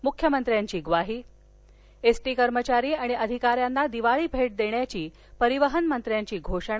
मुख्यमंत्र्यांची ग्वाही S T कर्मचारी आणि अधिकाऱ्यांना दिवाळी भेट देण्याची परिवहन मंत्र्यांची घोषणा